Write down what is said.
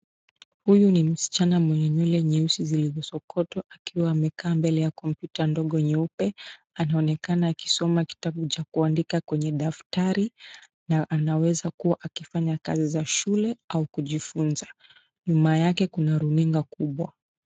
Huyu ni msichana mwenye nyele nyeusi zilizosokotwa akiwa amekaa mbele ya kompyuta ndogo nyeupe anaonekana akisoma kitabu cha kuandika kwenye daftari na anaweza kuwa akifanya kazi za shule au kujifunza. Nyuma yake kuna runinga kubwa.